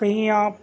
کہیں آپ